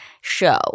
show